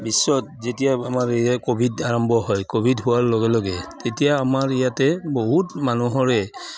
বিশ্বত যেতিয়া আমাৰ ক'ভিড আৰম্ভ হয় ক'ভিড হোৱাৰ লগে লগে তেতিয়া আমাৰ ইয়াতে বহুত মানুহৰে